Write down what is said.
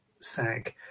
sag